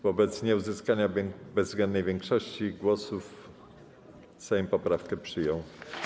Wobec nieuzyskania bezwzględnej większości głosów Sejm poprawki przyjął.